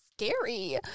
scary